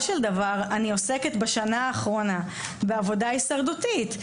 של דבר אני עוסקת בשנה האחרונה בעבודה הישרדותית.